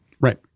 right